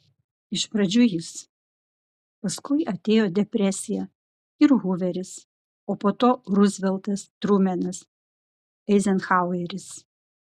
iš pradžių jis paskui atėjo depresija ir huveris o po jo ruzveltas trumenas eizenhaueris